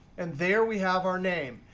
and there we have our name.